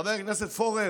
חבר הכנסת פורר,